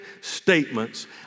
statements